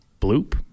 bloop